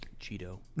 Cheeto